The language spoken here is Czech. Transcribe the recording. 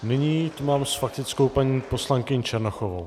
Nyní tu mám s faktickou paní poslankyni Černochovou.